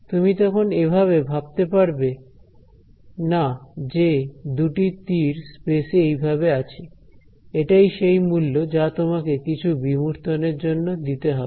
তুমি তখন এভাবে ভাবতে পারবে না যে দুটি তীর স্পেস এ এইভাবে আছে এটাই সেই মূল্য যা তোমাকে কিছু বিমূর্তন এর জন্য দিতে হবে